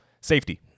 Safety